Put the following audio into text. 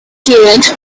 scared